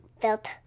felt